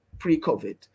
pre-COVID